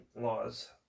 laws